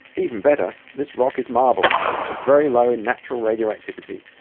even better, this rock is marble, which is very low in natural radioactivity.